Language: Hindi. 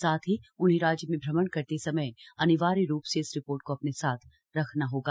साथ ही उन्हें राज्य में भ्रमण करते समय अनिवार्य रूप से इस रिपोर्ट को अपने साथ रखना होगा